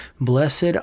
Blessed